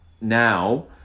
now